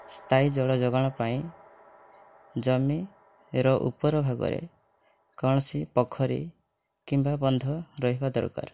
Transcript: ସ୍ଥାୟୀ ଜଳଯୋଗଣ ପାଇଁ ଜମିର ଉପର ଭାଗରେ କୌଣସି ପୋଖରୀ କିମ୍ବା ବନ୍ଧ ରହିବା ଦରକାର